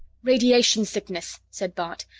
radiation sickness, said bart,